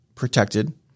Protected